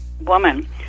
woman